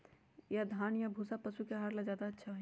या धान के भूसा पशु के आहार ला अच्छा होई?